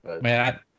Man